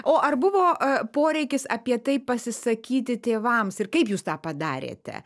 o ar buvo poreikis apie tai pasisakyti tėvams ir kaip jūs tą padarėte